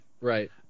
Right